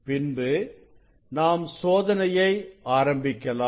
பின்பு நாம் சோதனையை ஆரம்பிக்கலாம்